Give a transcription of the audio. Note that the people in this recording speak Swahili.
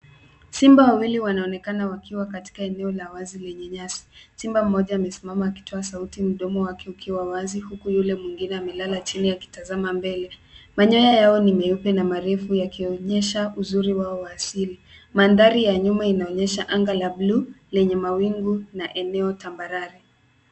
Simba wawili wanaonekana wakiwa katika eneo la wazi lenye nyasi. Simba mmoja amesimama akitoa sauti mdomo wake ukiwa wazi, huku yule mwingine amelala chini akitazama mbele. Manyoya yao ni meupe na marefu yakionyesha uzuri wao wa asili. Mandhari ya nyuma inaonyesha anga la buluu, lenye mawingu na eneo tambarare.